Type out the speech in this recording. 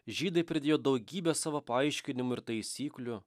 žydai pridėjo daugybę savo paaiškinimų ir taisyklių